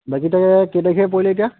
বাকী তাকে কেইতাৰিখে পৰিলে এতিয়া